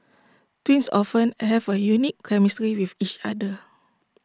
twins often have A unique chemistry with each other